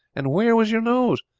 and where was your nose?